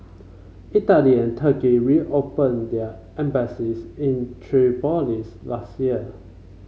Italy and Turkey reopened their embassies in Tripoli's last year